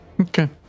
Okay